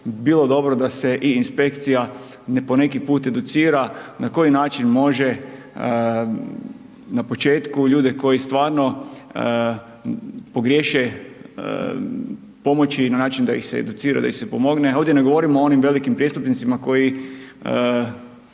bilo dobro da se i inspekcija po neki put educira na koji način može na početku ljude koji stvarno pogriješe, pomoći im na način da ih se educira, da im se pomogne, ovdje ne govorimo o onim velikim prijestupnicima koji